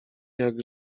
jak